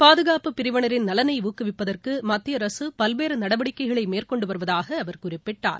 பாதுகாப்புப் பிரிவினரின் நலனை ஊக்குவிப்பதற்கு மத்திய அரசு பல்வேறு நடவடிக்கைகளை மேற்கொண்டு வருவதாக அவர் குறிப்பிட்டார்